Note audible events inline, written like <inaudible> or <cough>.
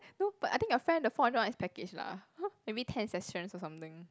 no but I think your friend the four hundred one is package lah <laughs> maybe ten sessions or something